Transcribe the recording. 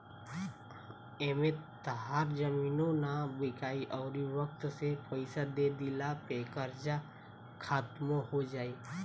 एमें तहार जमीनो ना बिकाइ अउरी वक्त से पइसा दे दिला पे कर्जा खात्मो हो जाई